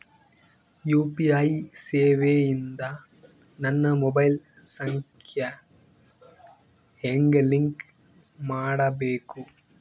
UPI ಸೇವೆ ಇಂದ ನನ್ನ ಮೊಬೈಲ್ ಸಂಖ್ಯೆ ಹೆಂಗ್ ಲಿಂಕ್ ಮಾಡಬೇಕು?